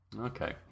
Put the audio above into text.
Okay